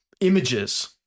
images